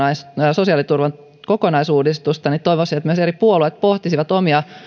sosiaaliturvan kokonaisuudistusta toivoisin että eri puolueet pohtisivat omia